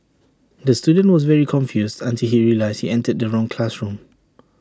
the student was very confused until he realised entered the wrong classroom